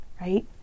right